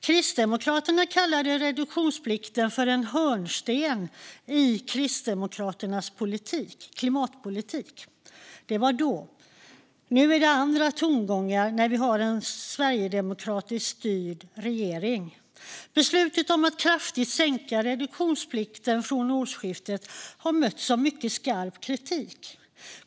Kristdemokraterna kallade reduktionsplikten för en hörnsten i Kristdemokraternas klimatpolitik. Det var då. Nu är det andra tongångar när vi har en sverigedemokratiskt styrd regering. Beslutet om att kraftigt sänka reduktionsplikten från årsskiftet har mötts av mycket skarp kritik.